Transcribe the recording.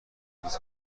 پرهیز